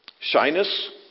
shyness